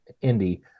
Indy